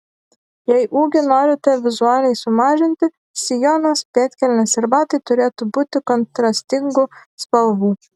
jei ūgį norite vizualiai sumažinti sijonas pėdkelnės ir batai turėtų būti kontrastingų spalvų